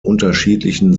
unterschiedlichen